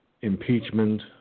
impeachment